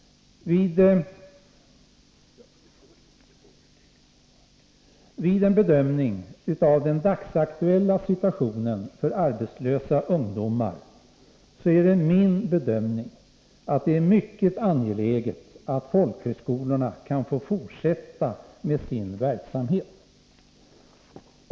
Vid en bedömning av den dagsaktuella situationen för arbetslösa ungdomar är min uppfattning att det är mycket angeläget att folkhögskolorna får fortsätta med sin verksamhet.